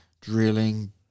drilling